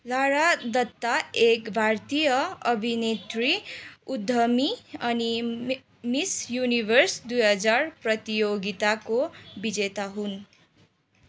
Lara Dutta एक भारतीय अभिनेत्री उधमी अनि मिस युनिभर्स दुई हजार प्रतियोगिताको विजेता हुन्